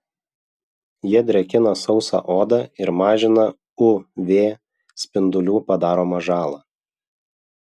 jie drėkina sausą odą ir mažina uv spindulių padaromą žalą